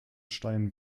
stein